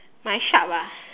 my shark ah